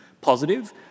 positive